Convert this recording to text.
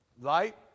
Light